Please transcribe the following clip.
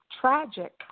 tragic